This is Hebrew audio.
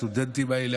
הסטודנטים האלה,